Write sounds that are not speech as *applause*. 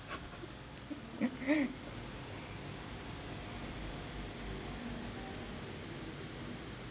*laughs*